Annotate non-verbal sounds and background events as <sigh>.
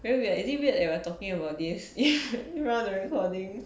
very weird eh is it weird what we are talking about this <laughs> around the recording